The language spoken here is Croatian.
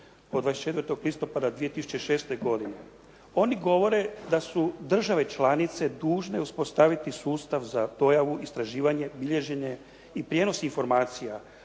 od 24. listopada 2006. godine. Oni govore da su države članice dužne uspostaviti sustav za dojavu, istraživanje, bilježenje i prijenos informacija